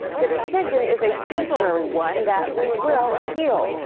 the decision is a temporary one that we will appeal.